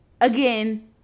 again